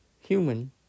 Human